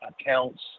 accounts